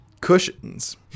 cushions